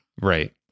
Right